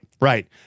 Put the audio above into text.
right